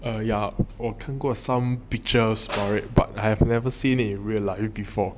err yeah 我看过 some pictures for it but I have never seen it in real life before